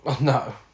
No